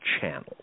channels